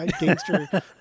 gangster